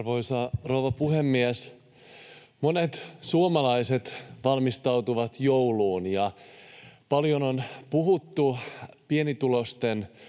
Arvoisa rouva puhemies! Monet suomalaiset valmistautuvat jouluun, ja paljon on puhuttu pienituloisten